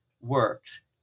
works